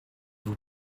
vous